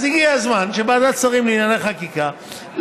נכון.